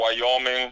Wyoming